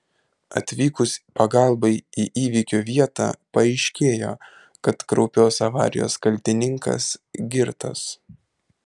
atvykus pagalbai į įvykio vietą paaiškėjo kad kraupios avarijos kaltininkas girtas